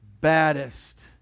baddest